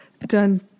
Done